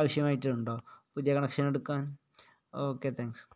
ആവശ്യമായിട്ടുണ്ടോ പുതിയ കണക്ഷൻ എടുക്കാൻ okay thanks